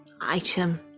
item